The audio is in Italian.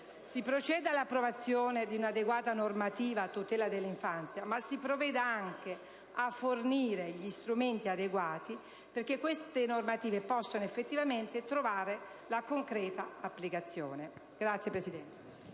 Si proceda all'approvazione di un'adeguata normativa a tutela dell'infanzia, ma si provveda anche a fornire gli strumenti adeguati perché questa normativa possa effettivamente trovare concreta applicazione. *(Applausi del